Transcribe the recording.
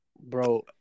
bro